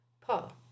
Paul